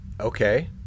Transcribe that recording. Okay